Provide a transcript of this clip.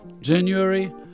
January